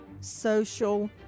social